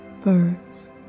birds